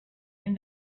and